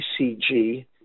ECG